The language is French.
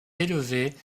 élevée